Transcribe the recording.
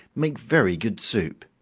make very good soup.